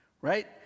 right